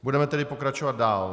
Budeme tedy pokračovat dál.